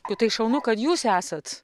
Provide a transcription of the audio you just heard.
nu tai šaunu kad jūs esat